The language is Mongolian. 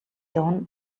явна